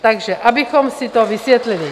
Takže abychom si to vysvětlili.